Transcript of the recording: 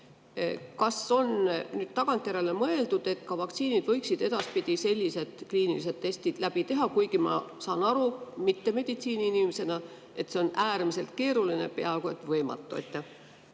Kas on nüüd tagantjärele mõeldud, et ka vaktsiinid võiksid edaspidi sellised kliinilised testid läbi teha, kuigi ma saan aru mitte meditsiiniinimesena, et see on äärmiselt keeruline, peaaegu et võimatu?